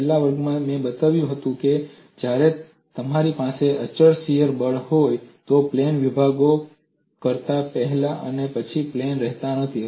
છેલ્લા વર્ગમાં મેં બતાવ્યું હતું કે જ્યારે મારી પાસે અચળ શીયર બળ હોય તો પ્લેન વિભાગો લોડ કરતા પહેલા અને પછી પ્લેન રહેતા નથી